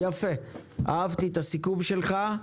יפה, אהבתי את הסיכום שלך.